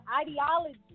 ideology